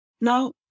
now